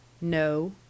No